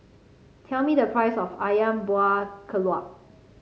tell me the price of ayam Buah Keluak